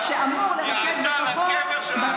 עוד בסוף, ליהודים.